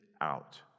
out